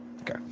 Okay